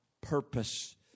purpose